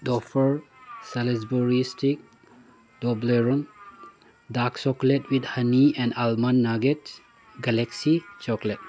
ꯗꯣꯐꯔ ꯁꯦꯂꯤꯁ ꯕꯔꯤꯁꯇꯤꯛ Toblerone dark chocolate with honey and almond nougat Galaxy chocolate